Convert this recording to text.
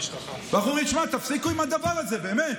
אנחנו אומרים, תשמעו, תפסיקו עם הדבר הזה, באמת.